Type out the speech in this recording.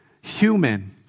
human